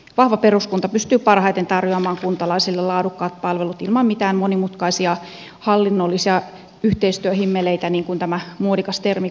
vahva peruskunta pystyy parhaiten tarjoamaan kuntalaisille laadukkaat palvelut ilman mitään monimutkaisia hallinnollisia yhteistyöhimmeleitä niin kuin tämä muodikas termi kuuluu